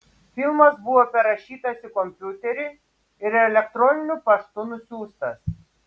filmas buvo perrašytas į kompiuterį ir elektroniniu paštu nusiųstas